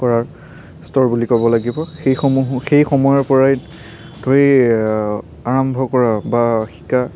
কৰাৰ স্তৰ বুলি ক'ব লাগিব সেইসমূহ সেইসমূহৰ পৰাই ধৰি আৰম্ভ কৰা বা শিকা